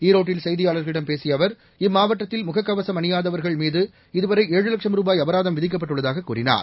ஈரோட்டில் செய்தியாள்களிடம் பேசிய அவர் இம்மாவட்டத்தில் முகக்கவசம் அணியாதவர்கள் மீது இதுவரை ஏழு லட்சம் ரூபாய் அபராதம் விதிக்கப்பட்டுள்ளதாகக் கூறினார்